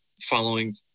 following